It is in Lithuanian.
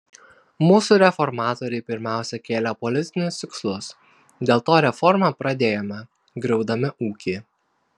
mūsų reformatoriai pirmiausia kėlė politinius tikslus dėl to reformą pradėjome griaudami ūkį